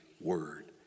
word